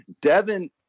Devin